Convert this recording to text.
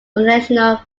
occasional